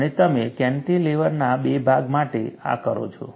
અને તમે કેન્ટિલેવરના બે ભાગ માટે આ કરો છો